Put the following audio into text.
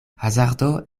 hazardo